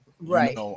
Right